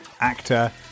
actor